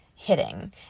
hitting